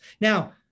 Now